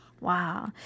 Wow